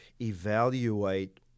evaluate